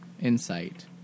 Insight